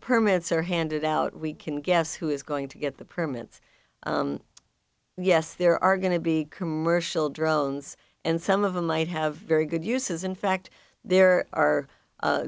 permits are handed out we can guess who is going to get the permits yes there are going to be commercial drones and some of them might have very good uses in fact there are